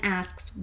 asks